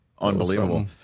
unbelievable